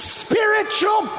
spiritual